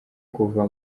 kuva